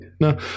No